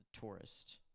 tourist